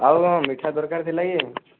ଆଉ କ'ଣ ମିଠା ଦରକାର ଥିଲା କି